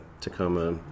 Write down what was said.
tacoma